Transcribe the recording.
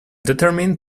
determined